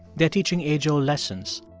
they're teaching age-old lessons.